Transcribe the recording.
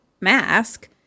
mask